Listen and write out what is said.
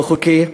לא חוקי,